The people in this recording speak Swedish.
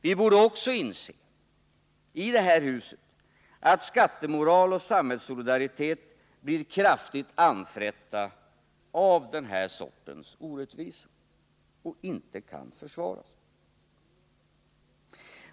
Vi borde i det här huset också inse att skattemoral och samhällssolidaritet blir kraftigt anfrätta av den här sortens orättvisa, som inte kan försvaras.